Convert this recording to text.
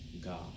God